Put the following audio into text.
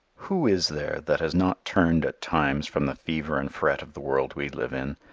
who is there that has not turned at times from the fever and fret of the world we live in,